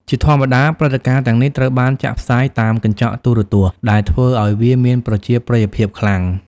ជាធម្មតា ព្រឹត្តិការណ៍ទាំងនេះត្រូវបានចាក់ផ្សាយតាមកញ្ចក់ទូរទស្សន៍ ដែលធ្វើឲ្យវាមានប្រជាប្រិយភាពខ្លាំង។